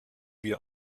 wir